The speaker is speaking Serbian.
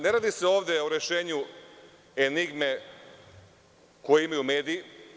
Ne radi se ovde o rešenju enigme koju imaju mediji.